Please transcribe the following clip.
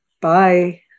Bye